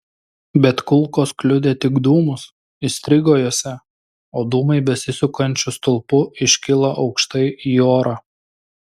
bet kulkos kliudė tik dūmus įstrigo juose o dūmai besisukančiu stulpu iškilo aukštai į orą